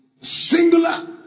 singular